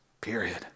Period